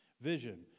Vision